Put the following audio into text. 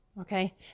Okay